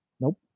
Nope